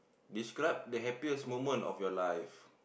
describe the happiest moment of your life